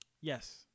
Yes